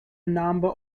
number